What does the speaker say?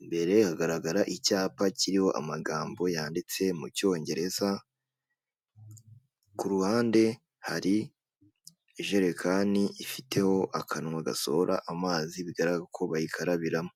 imbere hagaragara icyapa kiriho amagambo yanditse mu cyongereza, ku ruhande hari ijerekani ifiteho akanwa gasohora amazi bigaragara ko bayikarabiramo.